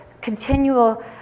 continual